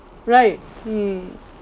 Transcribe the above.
right mm